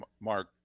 Mark